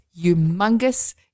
humongous